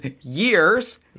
years